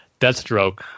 Deathstroke